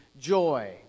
joy